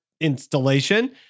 installation